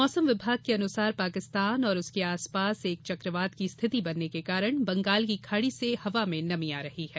मौसम विभाग के अनुसार पाकिस्तान और उसके आसपास एक चकवात की स्थिति बनने के कारण बंगाल की खाड़ी से हवा में नमी आ रही है